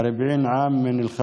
בן 40,